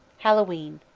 hallowe'en